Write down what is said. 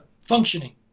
functioning